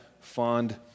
fond